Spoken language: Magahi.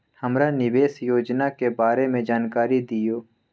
हमरा निवेस योजना के बारे में जानकारी दीउ?